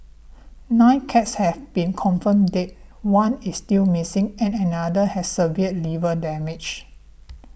nine cats have been confirmed dead one is still missing and another has severe liver damage